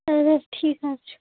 اَدٕ حظ ٹھیٖک حظ چھُ